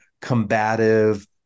combative